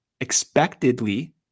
expectedly